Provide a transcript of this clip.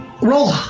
Roll